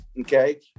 okay